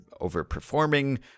overperforming